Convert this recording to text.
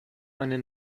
eine